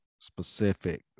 specific